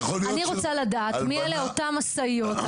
אני רוצה לדעת מי אלה אותן משאיות.